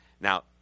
Now